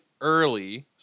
early